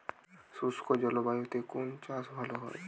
শুষ্ক জলবায়ুতে কোন চাষ ভালো হয়?